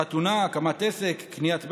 חתונה, הקמת עסק, קניית בית.